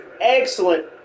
excellent